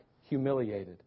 humiliated